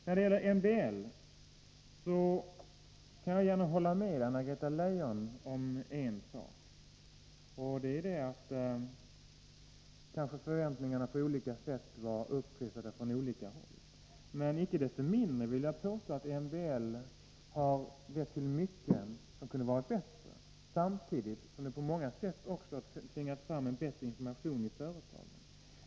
När det gäller MBL kan jag hålla med Anna-Greta Leijon om en sak, och det är att förväntningarna kanske var upptrissade på olika håll. Icke desto mindre vill jag påstå att MBL har lett till mycket som kunde ha varit bättre, samtidigt som lagen på många sätt också har tvingat fram bättre information i företagen.